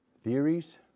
theories